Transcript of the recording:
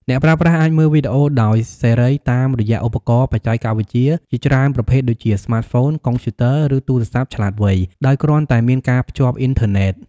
អ្នកប្រើប្រាស់អាចមើលវីដេអូដោយសេរីតាមរយៈឧបករណ៍បច្ចេកវិទ្យាជាច្រើនប្រភេទដូចជា ស្មាតហ្វូន កុំព្យូទ័រ ឬទូរទស្សន៍ឆ្លាតវៃ ដោយគ្រាន់តែមានការភ្ជាប់អុីនធឺណេត។